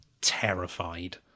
terrified